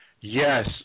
Yes